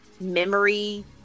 memory